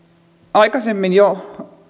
jo